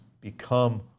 become